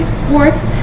sports